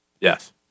Yes